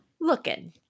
looking